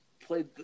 played